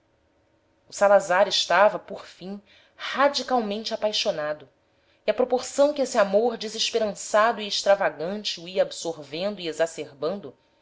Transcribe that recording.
eu o salazar estava por fim radicalmente apaixonado e a proporção que esse amor desesperançado e extravagante o ia absorvendo e exacerbando